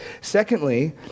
Secondly